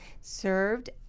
served